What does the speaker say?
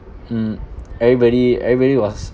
hmm everybody everybody was